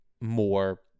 more